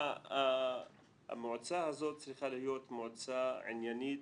המועצה הזאת צריכה להיות מועצה עניינית,